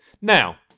Now